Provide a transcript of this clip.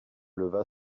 leva